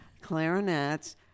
clarinets